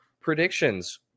predictions